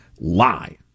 lie